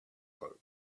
boat